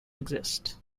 exist